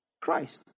Christ